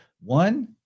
one